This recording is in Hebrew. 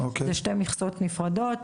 זה שתי מכסות נפרדות.